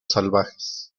salvajes